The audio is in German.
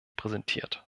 präsentiert